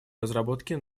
разработки